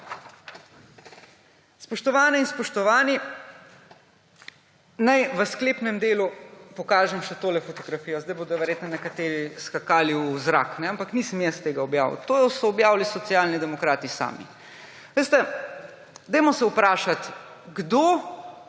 Spoštovane in spoštovani, naj v sklepnem delu pokažem še tole fotografijo. Zdaj bodo verjetno nekateri skakali v zrak. Ampak nisem jaz tega objavil. To so objavili Socialni demokrati sami. Veste, dajmo se vprašati, kdo